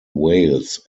wales